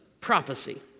prophecy